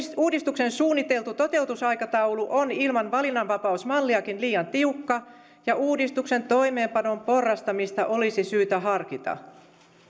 uudistuksen suunniteltu toteutusaikataulu on ilman valinnanvapausmalliakin liian tiukka ja uudistuksen toimeenpanon porrastamista olisi syytä harkita